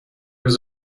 was